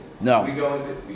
No